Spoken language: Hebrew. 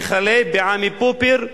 וכלה בעמי פופר,